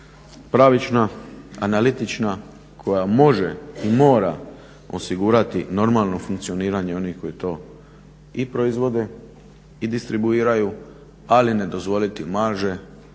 pravično, analitično, koja može i mora osigurati normalno funkcioniranje onih koji to i proizvode, i distribuiraju ali ne dozvoliti marže